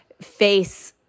face